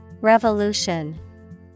Revolution